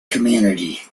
community